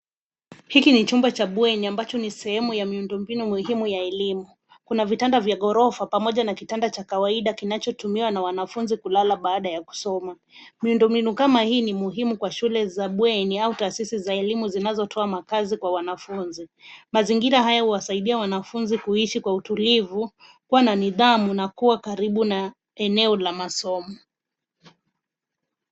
Hiki ni chumba cha bweni ambacho sehemu ya miundo mbinu ya elimu, kuna vitanda vya gorofa pamoja na kitanda cha kawaida kinachotumiwa na wanafunzi kulala baada ya kusoma. Miundo mbinu kama hii ni muhimu kwa shule za bweni au taasisi za elimu zinazotoa makazi kwa wanafunzi. Mazingira haya uwasidia wanafunzi kuishi kwa utilivu, kuwa na nidhamu na kuwa karibu na eneo la masomo.